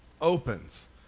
opens